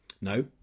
No